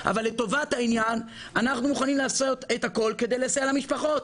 אבל לטובת העניין אנחנו מוכנים לעשות הכול כדי לסייע למשפחות.